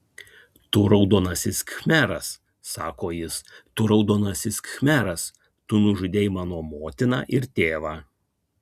tu raudonasis khmeras sako jis tu raudonasis khmeras tu nužudei mano motiną ir tėvą